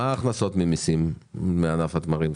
מה ההכנסות ממיסים מענף התמרים?